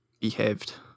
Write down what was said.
behaved